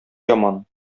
яман